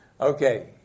Okay